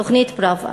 תוכנית פראוור.